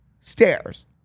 stairs